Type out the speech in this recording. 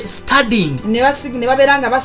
studying